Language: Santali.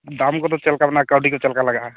ᱫᱟᱢ ᱠᱚᱫᱚ ᱪᱮᱫ ᱞᱮᱠᱟ ᱢᱮᱱᱟᱜᱼᱟ ᱠᱟᱹᱣᱰᱤ ᱠᱚ ᱪᱮᱫ ᱞᱮᱠᱟ ᱞᱟᱜᱟᱜᱼᱟ